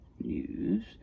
news